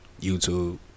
YouTube